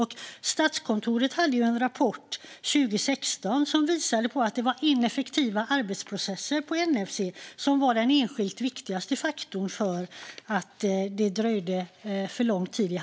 En rapport från Statskontoret 2016 visade att det var ineffektiva arbetsprocesser på NFC som var den enskilt viktigaste faktorn till att hanteringen var för långsam.